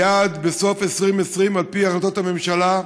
היעד לסוף 2020, על-פי החלטות הממשלה,